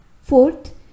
fourth